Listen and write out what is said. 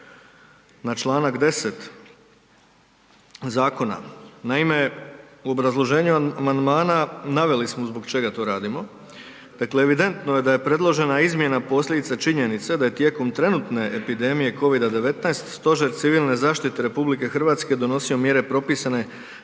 na čl. 10. zakona. Naime, u obrazloženju amandmana naveli smo zbog čega to radimo. Dakle, evidentno je da je predložena izmjena posljedica činjenica da je tijekom trenutne epidemije COVID-19 Stožer civilne zaštite RH donosio mjere propisane